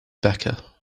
becca